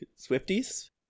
Swifties